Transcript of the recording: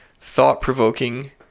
thought-provoking